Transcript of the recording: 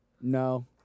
No